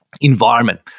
environment